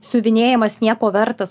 siuvinėjimas nieko vertas